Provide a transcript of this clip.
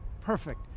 perfect